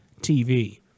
TV